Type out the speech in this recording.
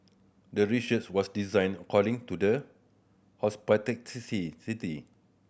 the research was designed according to the